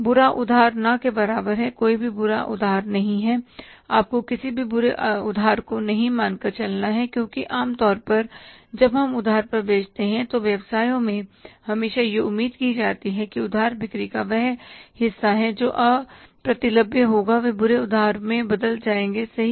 बुरा उधार ना के बराबर हैं कोई भी बुरा उधार नहीं है आपको किसी भी बुरे उधार को नहीं मानकर चलना है क्योंकि आम तौर पर जब हम उधार पर बेचते हैं तो व्यवसायों में हमेशा यह उम्मीद की जाती है कि उधार बिक्री का वह हिस्सा जो अप्रतिलभ्य होगा तो वे बुरे उधार में बदल जाएंगे सही